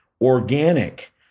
organic